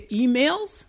emails